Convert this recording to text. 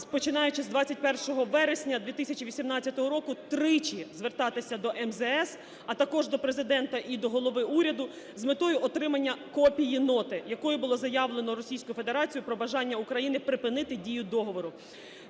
починаючи з 21 вересня 2018 року тричі звертатися до МЗС, а також до Президента і до Голови уряду з метою отримання копії ноти, якою було заявлено Російською Федерацією про бажання України припинити дію Договору